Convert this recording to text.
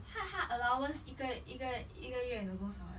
他他 allowance 一个一个一个月拿多少啊